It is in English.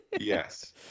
Yes